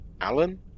Alan